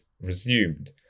resumed